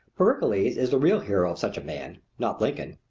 pericles is the real hero of such a man, not lincoln.